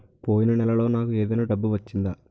పోయిన నెలలో నాకు ఏదైనా డబ్బు వచ్చిందా?